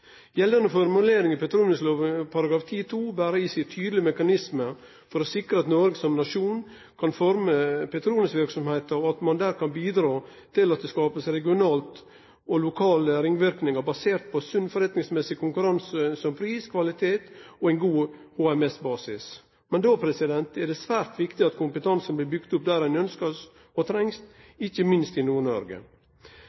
Gjeldande formuleringar i petroleumslova § 10-2 ber i seg tydelege mekanismar for å sikre at Noreg som nasjon kan forme petroleumsverksemda, og at ein der kan bidra til at det blir skapt ringverknader regionalt og lokalt basert på sunn forretningsmessig konkurranse som pris, kvalitet og god HMS-basis. Då er det svært viktig at kompetansen blir bygd opp der han er ønskt og